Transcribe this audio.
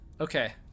Okay